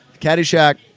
Caddyshack